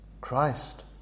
Christ